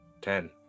ten